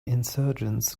insurgents